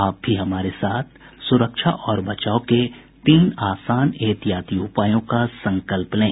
आप भी हमारे साथ सुरक्षा और बचाव के तीन आसान एहतियाती उपायों का संकल्प लें